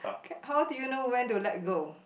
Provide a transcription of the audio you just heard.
how do you know when to let go